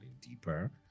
deeper